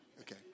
Okay